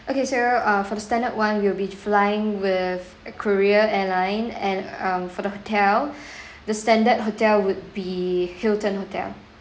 okay so ah for the standard [one] we'll be flying with uh korea airline and um for the hotel the standard hotel would be hilton hotel